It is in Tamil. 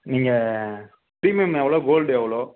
நீங்கள் பிரீமியம் எவ்வளோ கோல்டு எவ்வளோ